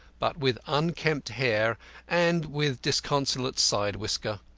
but with unkempt hair and with disconsolate side-whisker.